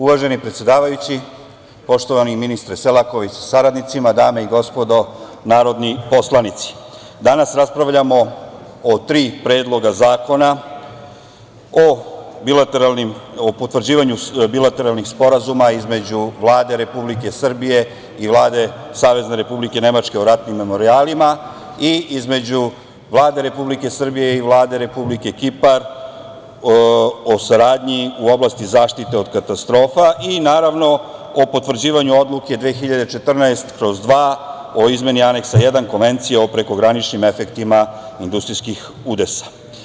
Uvaženi predsedavajući, poštovani ministre Selaković sa saradnicima, dame i gospodo narodni poslanici, danas raspravljamo o tri predloga zakona o potvrđivanju bilateralnih sporazuma između Vlade Republike Srbije i Vlade Savezne Republike Nemačke o ratnim memorijalima i između Vlade Republike Srbije i Vlade Republike Kipar o saradnji u oblasti zaštite od katastrofa i naravno o potvrđivanju odluke 2014/2 o izmeni Aneksa 1. Konvencije o prekograničnim efektima industrijskih udesa.